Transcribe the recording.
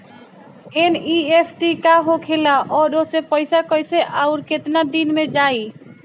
NEFT का होखेला और ओसे पैसा कैसे आउर केतना दिन मे जायी?